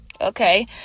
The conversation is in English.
okay